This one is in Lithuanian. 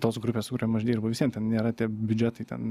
tos grupės kuriom aš dirbu visien ten nėra tie biudžetai ten